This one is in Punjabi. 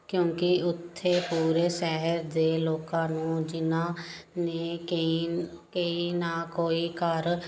ਕਿਉਂਕਿ ਉੱਥੇ ਪੂਰੇ ਸ਼ਹਿਰ ਦੇ ਲੋਕਾਂ ਨੂੰ ਜਿਹਨਾਂ ਨੇ ਕੋਈ ਕੋਈ ਨਾ ਕੋਈ ਘਰ